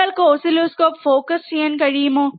നിങ്ങൾക്ക് oscilloscope focus ചെയ്യാൻ കഴിയുമോ